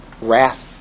Wrath